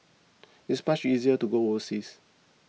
it's much easier to go overseas